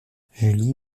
julie